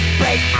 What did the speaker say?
break